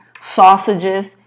sausages